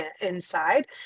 inside